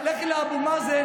לכי לאבו מאזן,